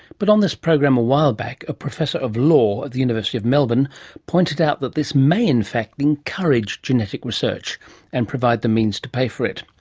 but on this program a while back a professor of law at the university of melbourne pointed out that this may in fact encourage genetic research and provide the means to pay for it.